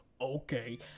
Okay